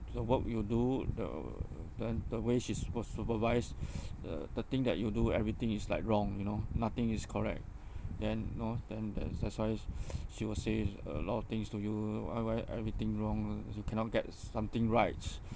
so what would you do the then the way she super~ supervise uh the thing that you do everything is like wrong you know nothing is correct then no then that's that's why she will says a lot of things to you why why everything wrong uh you cannot get s~ something right